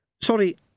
Sorry